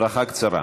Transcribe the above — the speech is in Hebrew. ברכה קצרה.